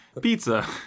pizza